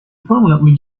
permanently